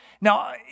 Now